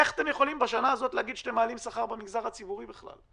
איך אתם יכולים בשנה הזאת להגיד שאתם מעלים שכר במגזר הציבורי בכלל?